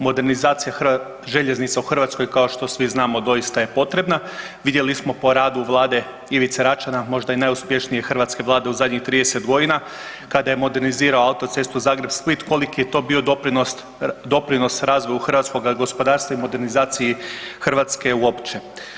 Modernizacija željeznica u Hrvatskoj kao što svi znamo, doista je potrebna, vidjeli smo po radu Vlade Ivice Račana, možda i najuspješnije hrvatske Vlade u zadnjih 30 g., kada je modernizirao autocestu Zagreb-Split, koliki je to bio doprinos razvoju hrvatskoga gospodarstva i modernizaciji Hrvatske uopće.